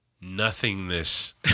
nothingness